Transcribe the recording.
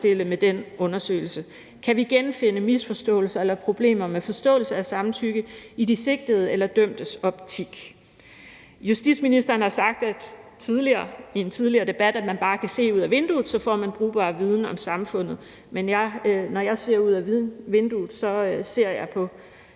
Kan vi genfinde misforståelser eller problemer med forståelsen af samtykke i de sigtedes eller dømtes optik? Justitsministeren har sagt i en tidligere debat, at man bare kan se ud ad vinduet; så får man brugbar viden om samfundet. Men når jeg ser ud ad vinduet, ser jeg